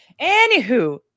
Anywho